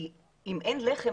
כי אם אין לחם,